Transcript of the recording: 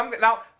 Now